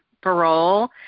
parole